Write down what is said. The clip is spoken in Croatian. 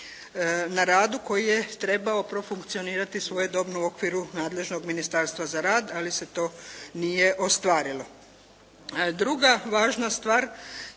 na radu koji je trebao profunkcionirati svojedobno u okviru nadležnog ministarstva za rad, ali se to nije ostvarilo.